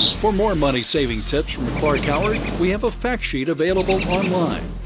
for more money-saving tips from clark howard, we have a fact sheet available online.